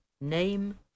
Name